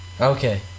Okay